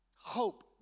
hope